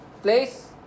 place